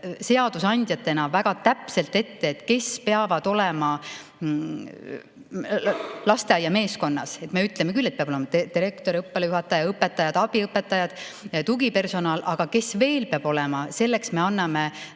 enam seadusandjatena väga täpselt ette, kes peavad olema lasteaia meeskonnas. Me ütleme küll, et peavad olema direktor, õppealajuhataja, õpetajad, abiõpetajad ja tugipersonal, aga kes veel peavad olema, selleks me anname